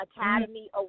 Academy